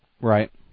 Right